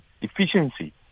efficiency